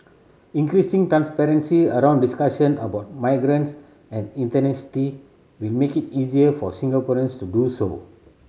increasing transparency around discussion about migrants and ethnicity will make it easier for Singaporeans to do so